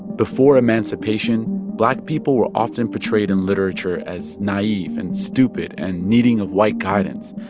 before emancipation, black people were often portrayed in literature as naive and stupid and needing of white guidance.